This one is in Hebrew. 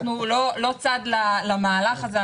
אנחנו לא צד למהלך הזה,